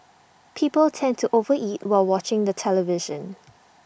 people tend to over eat while watching the television